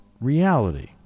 reality